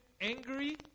angry